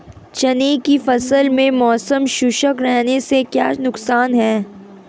चने की फसल में मौसम शुष्क रहने से क्या नुकसान है?